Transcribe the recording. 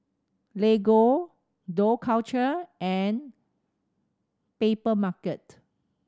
Lego Dough Culture and Papermarket